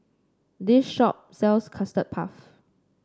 this shop sells Custard Puff